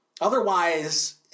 Otherwise